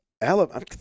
Alabama